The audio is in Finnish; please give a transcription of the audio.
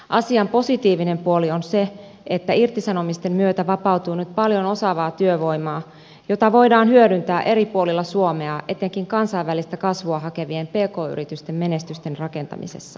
asian positiivinen puoli on se että irtisanomisten myötä vapautuu nyt paljon osaavaa työvoimaa jota voidaan hyödyntää eri puolilla suomea etenkin kansainvälistä kasvua hakevien pk yritysten menestysten rakentamisessa